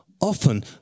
Often